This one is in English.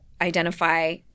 identify